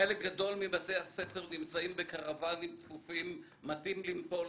חלק גדול מבתי הספר נמצאים בקרוואנים צפופים מטים לנפול,